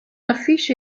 affiche